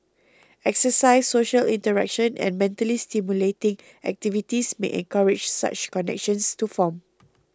exercise social interaction and mentally stimulating activities may encourage such connections to form